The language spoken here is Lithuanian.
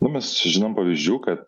nu mes čia žinom pavyzdžių kad